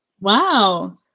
Wow